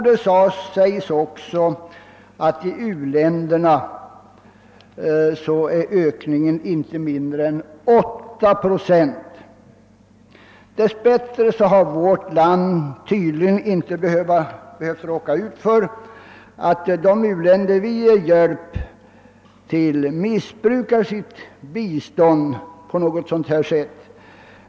Det meddelas också att i u-länderna är ökningen inte mindre än 8 procent. Dessbättre har vårt land tydligen inte behöva råka ut för olyckan, att de u-länder som hjälpts brukat biståndet på sådant sätt.